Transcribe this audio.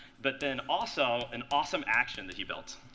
but then also, an awesome action that he built.